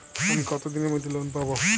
আমি কতদিনের মধ্যে লোন পাব?